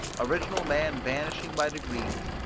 original man vanishing by degrees,